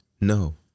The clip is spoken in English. no